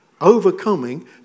Overcoming